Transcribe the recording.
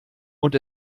und